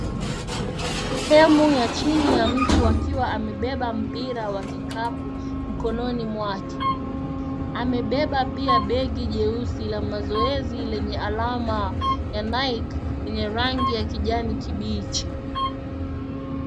Sehemu ya chini ya mtu akiwa amebeba mpira wa kikapu mkononi mwake. Amebeba pia begi jeusi la mazoezi lenye alama ya Nike enye rangi ya kijani kibichi.